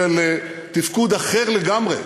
של תפקוד אחר לגמרי,